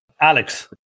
Alex